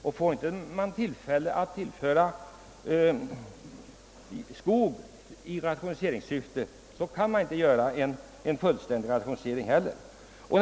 Får man inte tillfälle att tillföra ett jordbruk skog i rationaliseringssyfte, kan man inte heller göra en fullständig rationalisering.